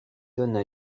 donnent